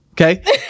Okay